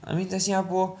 I mean 在新加坡